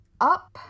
up